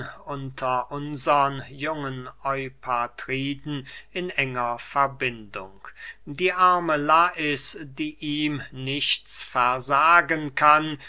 unter unsern jungen eupatriden in enger verbindung die arme lais die ihm nichts versagen kann